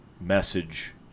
message